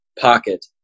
pocket